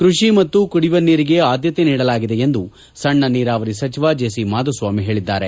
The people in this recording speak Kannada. ಕೃಷಿ ಮತ್ತು ಕುಡಿಯುವ ನೀರಿಗೆ ಆದ್ದತೆ ನೀಡಲಾಗಿದೆ ಎಂದು ಸಣ್ಣ ನೀರಾವರಿ ಸಚಿವ ಮಾಧುಸ್ವಾಮಿ ಹೇಳಿದ್ದಾರೆ